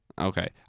okay